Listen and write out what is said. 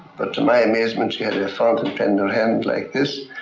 but to my amazement she had a fountain pen in her hand like this,